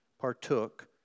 partook